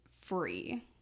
free